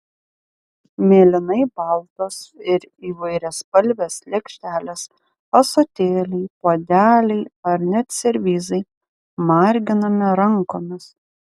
mėlynai baltos ir įvairiaspalvės lėkštelės ąsotėliai puodeliai ar net servizai marginami rankomis